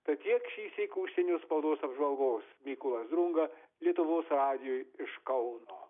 tad tiek šįsyk užsienio spaudos apžvalgos mykolas drunga lietuvos radijui iš kauno